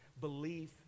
belief